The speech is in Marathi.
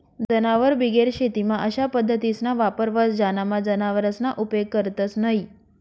जनावरबिगेर शेतीमा अशा पद्धतीसना वापर व्हस ज्यानामा जनावरसना उपेग करतंस न्हयी